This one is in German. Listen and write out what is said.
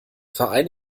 verein